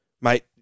Mate